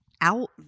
out